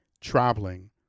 traveling